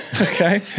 okay